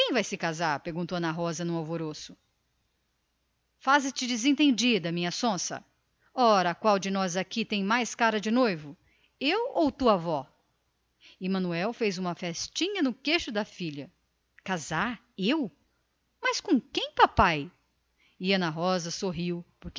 vai casar perguntou a menina num alvoroço faze-te desentendida minha sonsa ora qual de nós aqui tem mais cara de noivo eu ou tua avó e manuel fez uma festinha no queixo da filha casar eu mas com quem papai e ana rosa sorriu porque